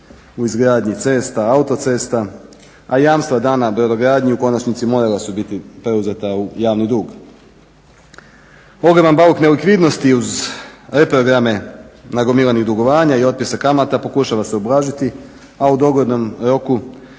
u izgradnji cesta, autocesta, a jamstva dana brodogradnji u konačnici morala su biti preuzeta u javni dug. Ogroman bauk nelikvidnosti uz reprograme nagomilanih dugovanja i otpisa kamata pokušava se ublažiti, a u doglednom roku